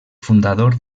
fundador